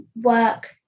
work